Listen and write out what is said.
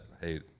hey